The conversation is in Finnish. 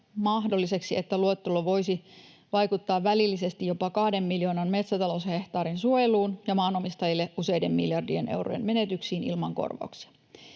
muassa se, että luettelo voisi vaikuttaa välillisesti jopa kahden miljoonan metsätaloushehtaarin suojeluun ja maanomistajille useiden miljardien eurojen menetyksiin ilman korvauksia.